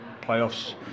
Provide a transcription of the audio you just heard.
playoffs